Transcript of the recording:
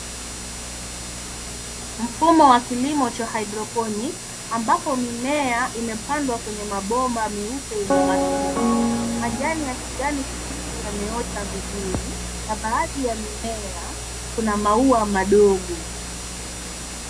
Mfumo wa kilimo cha hydroponic ambapo mimea imepandwa kwenye mabomba meupe yenye matundu. Majani ya kijani kibichi yameota vizuri na baadhi ya mimea kuna maua madogo.